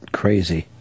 crazy